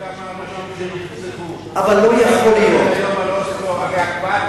ותראה לאן אוסלו הביאה אותנו, כמה אנשים נרצחו.